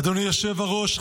אדוני היושב-ראש,